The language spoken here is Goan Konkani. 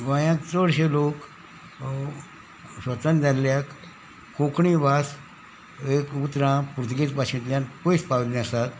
गोंयांत चडशे लोक स्वतंत्र जाल्ल्याक कोंकणी भास एक उतरां पुर्तुगेज भाशेंतल्यान पयस पाविल्ले आसात